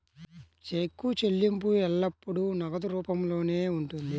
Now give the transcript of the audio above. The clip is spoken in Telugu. చెక్కు చెల్లింపు ఎల్లప్పుడూ నగదు రూపంలోనే ఉంటుంది